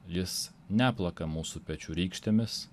jis neplaka mūsų pečių rykštėmis